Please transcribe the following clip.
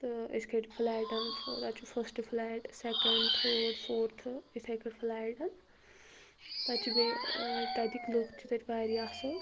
تہٕ أسۍ کھٔتۍ فٕلیٹن فہٕ تَتہِ چھُ فٔرسٹہٕ فٕلیٹ سیٚکنٛڈ تھٲرڈ فورتھہٕ یِتھٔے کٲٹھۍ فٕلیٹن تتہِ چھِ بیٚیہِ ٲں تَتِکۍ لوٗکھ چھِ تَتہِ واریاہ اصٕل